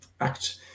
act